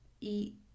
eat